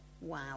Wow